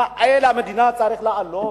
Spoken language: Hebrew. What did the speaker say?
אל המדינה צריך לעלות.